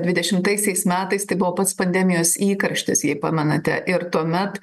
dvidešimtaisiais metais tai buvo pats pandemijos įkarštis jei pamenate ir tuomet